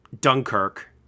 Dunkirk